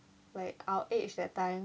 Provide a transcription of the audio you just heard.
like our age that time